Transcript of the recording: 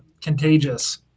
contagious